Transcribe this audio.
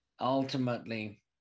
ultimately